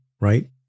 right